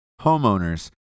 homeowners